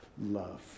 love